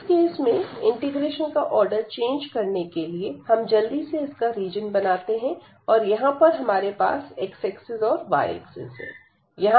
तो इस केस में इंटीग्रेशन का आर्डर चेंज करने के लिए हम जल्दी से इसका रीजन बनाते हैं और यहां पर हमारे पास x एक्सिस और y एक्सिस है